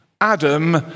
Adam